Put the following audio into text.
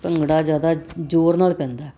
ਭੰਗੜਾ ਜ਼ਿਆਦਾ ਜ਼ੋਰ ਨਾਲ ਪੈਂਦਾ